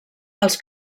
els